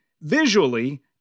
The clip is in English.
visually